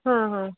हाँ हाँ